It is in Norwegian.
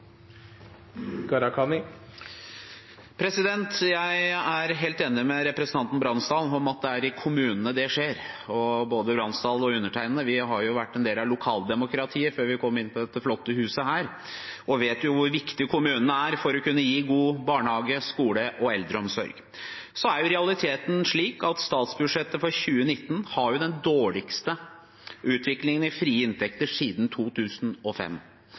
replikkordskifte. Jeg er helt enig med representanten Bransdal i at det er i kommunene det skjer. Både Bransdal og undertegnede har jo vært en del av lokaldemokratiet før vi kom inn på dette flotte huset, og vi vet jo hvor viktig kommunene er for å kunne gi god barnehage, skole og eldreomsorg. Så er jo realiteten slik at statsbudsjettet for 2019 har den dårligste utviklingen i frie inntekter siden 2005.